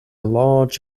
large